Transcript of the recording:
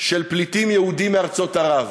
לגבי פליטים יהודים מארצות ערב,